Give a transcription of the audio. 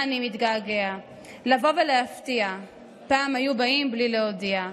אני מתגעגע / לבוא ולהפתיע / פעם היו באים בלי להודיע.